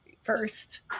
first